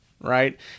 right